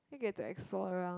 then get to explore around